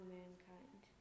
mankind